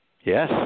Yes